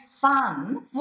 fun